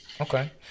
Okay